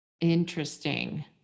Interesting